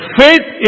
faith